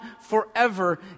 forever